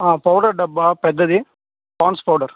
powder డబ్బా పెద్దది Pond's powder